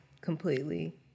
completely